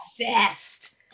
obsessed